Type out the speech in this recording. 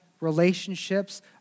relationships